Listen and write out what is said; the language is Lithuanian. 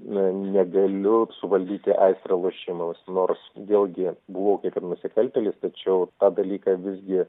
ne negaliu suvaldyti aistrą lošimams nors vėl gi buvau kaip ir nusikaltėlis tačiau tą dalyką visgi